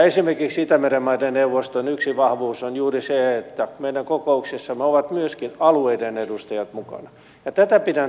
esimerkiksi itämeren maiden neuvoston yksi vahvuus on juuri se että meidän kokouksissamme ovat myöskin alueiden edustajat mukana ja tätä pidän tärkeänä